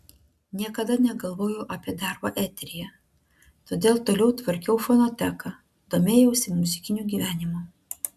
niekada negalvojau apie darbą eteryje todėl toliau tvarkiau fonoteką domėjausi muzikiniu gyvenimu